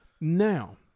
Now